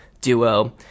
duo